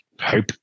hope